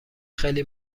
خیلی